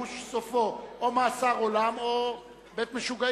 בר-כיבוש סופו או מאסר עולם או בית-משוגעים.